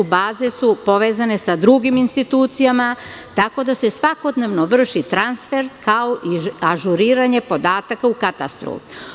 Baze su povezane sa drugim institucijama, tako da se svakodnevno vrši transfer, kao i ažuriranje podataka u katastru.